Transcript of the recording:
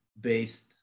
based